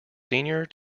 senior